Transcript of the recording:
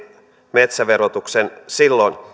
metsäverotuksen silloin